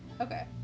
Okay